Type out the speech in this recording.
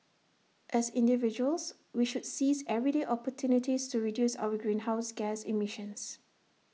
as individuals we should seize everyday opportunities to reduce our greenhouse gas emissions